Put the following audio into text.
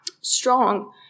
strong